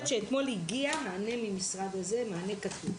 במאה אחוז משפחות.